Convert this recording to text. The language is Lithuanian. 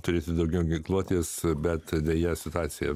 turėti daugiau ginkluotės bet deja situacija